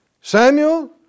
Samuel